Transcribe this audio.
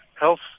health